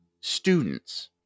students